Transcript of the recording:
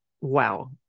Wow